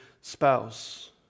spouse